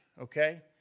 okay